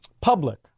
public